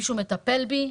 שמישהו מטפל בי,